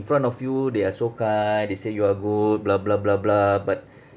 in front of you they are so kind they say you are good blah blah blah blah but